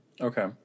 Okay